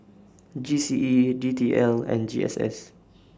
G C E D T L and G S S